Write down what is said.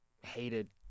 hated